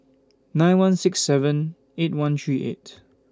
nine one six seven eight one three eight